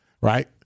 right